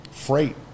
Freight